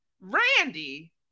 randy